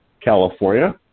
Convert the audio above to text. California